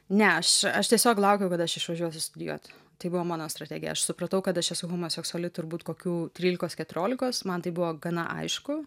ne aš aš tiesiog laukiau kada aš išvažiuosiu studijuot tai buvo mano strategija aš supratau kad aš esu homoseksuali turbūt kokių trylikos keturiolikos man tai buvo gana aišku